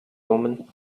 woman